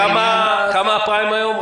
כמה הפריים היום?